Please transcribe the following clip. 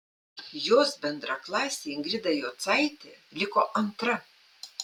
jos bendraklasė ingrida jocaitė liko antra